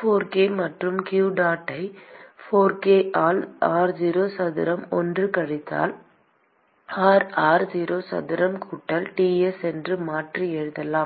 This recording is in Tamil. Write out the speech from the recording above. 4 k மற்றும் q dot ஐ 4 k ஆல் r0 சதுரம் 1 கழித்தல் r r0 சதுரம் கூட்டல் Ts என்று மாற்றி எழுதலாம்